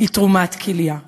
הוא תרומת כליה.